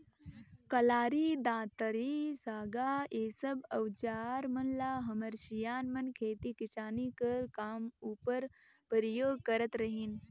कलारी, दँतारी, साँगा ए सब अउजार मन ल हमर सियान मन खेती किसानी कर काम उपर परियोग करत रहिन